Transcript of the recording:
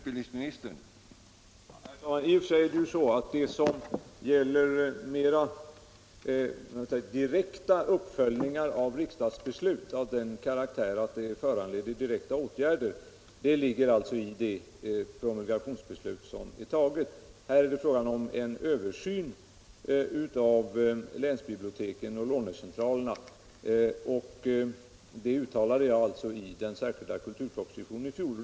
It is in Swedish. Herr talman! Det som gäller mera direkta uppföljningar av riksdagsbeslut, av den karaktären att de föranleder direkta åtgärder, ligger i det promulgationsbeslut som är antaget. Här är det fråga om en översyn av länsbiblioteken och lånecentralerna, och det uttalade jag i den särskilda kulturpropositionen i fjol.